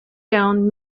down